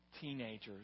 teenagers